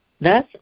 Thus